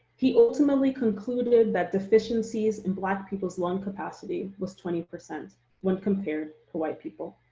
he ultimately concluded that deficiencies in black people's lung capacity was twenty percent when compared to white people.